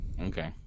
Okay